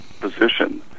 position